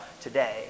today